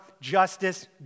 justice